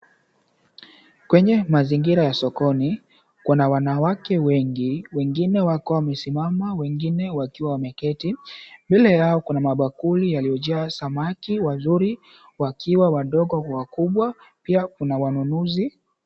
Kwenye mazingira ya sokoni, kuna wanawake wengi, wamesimama wengine wakiwa wameketi. Mbele yao kuna mabakuli yaliyojaa samaki wazuri, wakiwa wadogo kwa wakubwa. Pia kuna wanunuzi.